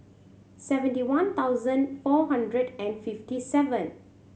seventy one thousand four hundred and fifty seven